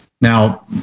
Now